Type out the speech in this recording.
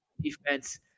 defense